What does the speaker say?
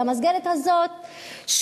למסגרת הזאת,